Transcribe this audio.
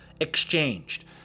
exchanged